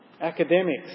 Academics